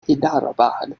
hyderabad